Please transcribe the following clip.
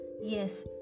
yes